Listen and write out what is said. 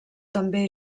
també